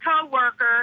co-worker